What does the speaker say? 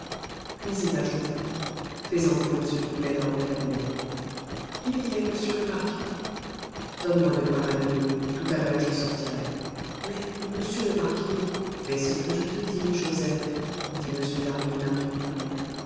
puis il ajouta fais entrer m doublet dans mon cabinet il y est monsieur le marquis donne-moi de quoi m'habiller tout à l'heure je sortirai mais monsieur le marquis fais ce que je te dis joseph dit m d'harville d'un ton plus doux